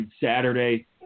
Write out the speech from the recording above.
Saturday